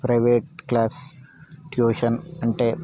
private class tuition అంటే